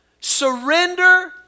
surrender